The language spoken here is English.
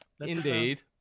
Indeed